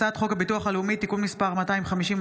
הצעת חוק הביטוח הלאומי (תיקון מס' 250),